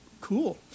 Cool